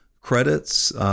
credits